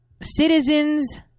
citizens